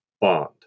Bond